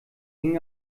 ging